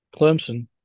Clemson